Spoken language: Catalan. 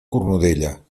cornudella